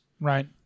Right